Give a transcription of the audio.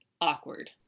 Awkward